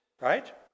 right